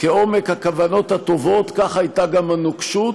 כעומק הכוונות הטובות כך הייתה גם הנוקשות,